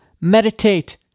Meditate